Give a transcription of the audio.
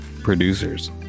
producers